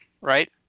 right